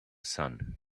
sun